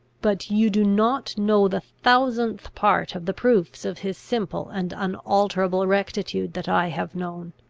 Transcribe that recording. but you do not know the thousandth part of the proofs of his simple and unalterable rectitude that i have known.